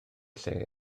lle